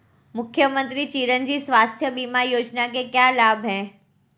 मुख्यमंत्री चिरंजी स्वास्थ्य बीमा योजना के क्या लाभ हैं?